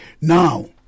Now